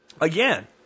Again